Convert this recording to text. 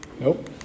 Nope